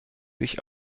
sich